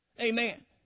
Amen